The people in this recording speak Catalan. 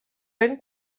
ben